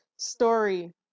story